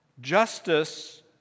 justice